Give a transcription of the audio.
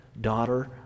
daughter